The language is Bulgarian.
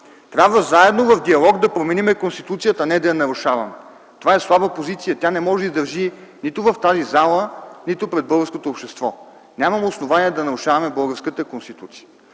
трябва заедно в диалог да променим Конституцията, а не да я нарушаваме. Това е слаба позиция. Тя не може да издържи нито в тази зала, нито в българското общество. Нямаме основание да нарушаваме българската Конституция.